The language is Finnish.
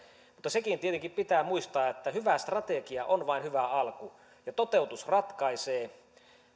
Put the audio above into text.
mutta sekin tietenkin pitää muistaa että hyvä strategia on vain hyvä alku ja toteutus ratkaisee